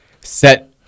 Set